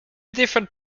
different